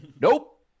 nope